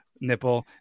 nipple